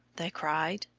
they cried.